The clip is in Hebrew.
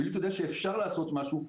אילו הייתי יודע שאפשר לעשות משהו,